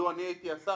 לו אני הייתי השר,